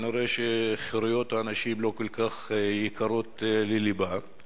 וכנראה חירויות האנשים לא כל כך יקרות ללבה,